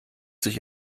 sich